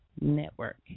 network